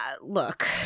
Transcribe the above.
Look